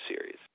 series